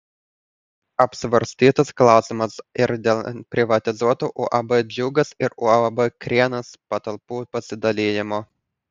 apsvarstytas klausimas ir dėl privatizuotų uab džiugas ir uab krienas patalpų pasidalijimo